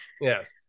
yes